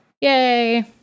Yay